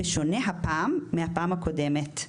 בשונה הפעם מהפעם הקודמת.